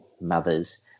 mothers